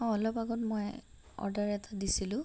অঁ অলপ আগত মই অৰ্ডাৰ এটা দিছিলোঁ